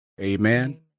amen